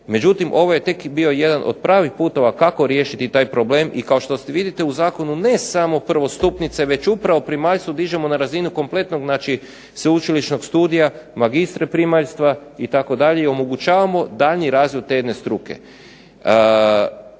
međutim ovo je tek bio jedan od pravih putova kako riješiti taj problem, i kao što vidite u zakonu ne samo prvostupnice, već upravo primaljstvo dižemo na razinu kompletnog znači sveučilišnog studija, magistra primaljstva, itd., omogućavamo daljnji razvoj te jedne struke.